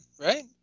right